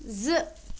زٕ